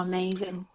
Amazing